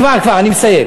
כבר, כבר, אני מסיים.